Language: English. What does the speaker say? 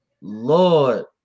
Lord